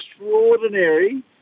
extraordinary